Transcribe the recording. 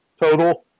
total